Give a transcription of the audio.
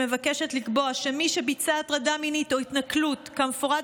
שמבקשת לקבוע שמי שביצע הטרדה מינית או התנכלות כמפורט